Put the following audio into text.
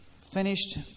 finished